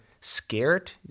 scared